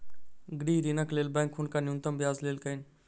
गृह ऋणक लेल बैंक हुनका न्यूनतम ब्याज लेलकैन